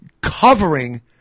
covering